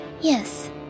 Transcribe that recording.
Yes